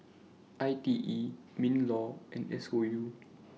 I T E MINLAW and S O U